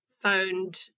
found